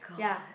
ya